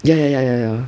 ya ya ya ya ya